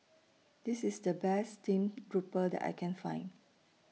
This IS The Best Steamed Grouper that I Can Find